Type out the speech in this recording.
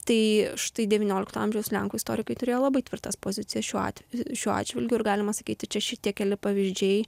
tai štai devyniolikto amžiaus lenkų istorikai turėjo labai tvirtas pozicijas šiuo atveju šiuo atžvilgiu ir galima sakyti čia šitie keli pavyzdžiai